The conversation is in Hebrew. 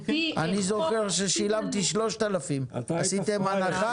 אני זוכר ששילמתי 3,000. עשיתם הנחה?